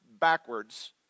backwards